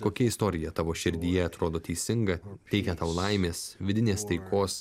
kokia istorija tavo širdyje atrodo teisinga teikia tau laimės vidinės taikos